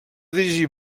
dirigir